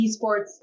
esports